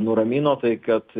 nuramino tai kad